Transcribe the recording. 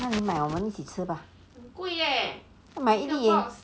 那你买我们一起吃吧买一粒而已